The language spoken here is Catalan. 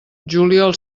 juliol